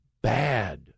Bad